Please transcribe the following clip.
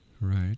Right